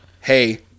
hey